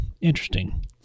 interesting